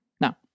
Now